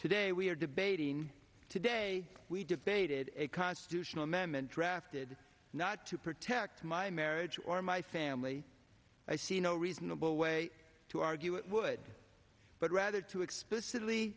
today we are debating today we debated a constitutional amendment drafted not to protect my marriage or my family i see no reasonable way to argue it would but rather to explicitly